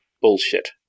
bullshit